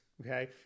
Okay